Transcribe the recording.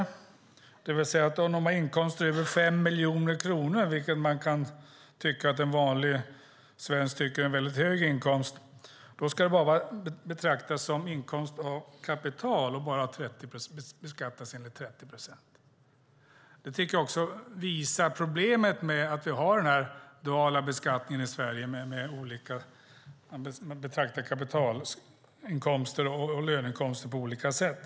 Om de har inkomster över 5 miljoner kronor, vilket en vanlig svensk tycker är en väldigt hög inkomst, ska det betraktas som inkomst av kapital och bara beskattas med 30 procent. Det tycker jag också visar problemet med att vi har den duala beskattningen i Sverige, där man betraktar kapitalinkomster och löneinkomster på olika sätt.